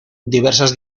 diversas